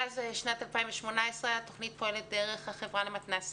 מאז שנת 2018 התוכנית פועלת דרך החברה למתנ"סים.